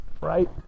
Right